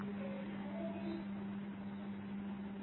A